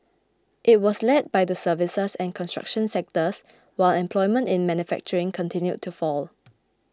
it was led by the services and construction sectors while employment in manufacturing continued to fall